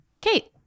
Kate